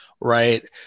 right